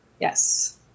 Yes